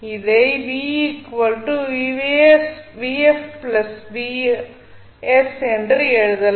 இதை என்று எழுதலாம்